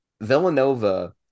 Villanova